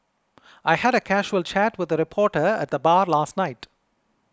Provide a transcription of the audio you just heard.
I had a casual chat with a reporter at the bar last night